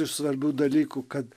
iš svarbių dalykų kad